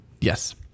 Yes